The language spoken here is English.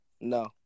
No